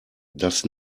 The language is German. das